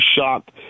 shocked